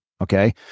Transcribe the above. okay